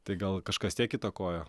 tai gal kažkas tiek įtakojo